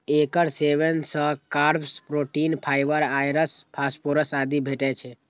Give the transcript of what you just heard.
एकर सेवन सं carbs, protein, fibre, iron, phosphorus आदि भेटै छै